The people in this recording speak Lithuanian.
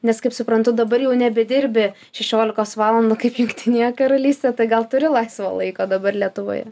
nes kaip suprantu dabar jau nebedirbi šešiolikos valandų kaip jungtinėje karalystėje tai gal turi laisvo laiko dabar lietuvoje